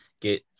get